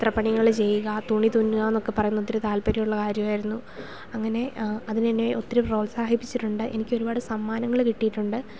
ചിത്രപ്പണികൾ ചെയ്യുക തുണി തുന്നുക എന്നൊക്കെ പറയുന്ന ഒത്തിരി താൽപ്പര്യമുള്ള കാര്യമായിരുന്നു അങ്ങനെ അതിന് എന്നേ ഒത്തിരി പ്രോത്സാഹിപ്പിച്ചിട്ടുണ്ട് എനിക്ക് ഒരുപാട് സമ്മാനങ്ങൾ കിട്ടിയിട്ടുണ്ട്